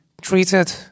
treated